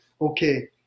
okay